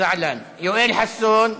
זעלן, יואל חסון,